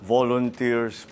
Volunteers